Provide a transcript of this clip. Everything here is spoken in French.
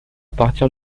partir